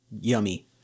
yummy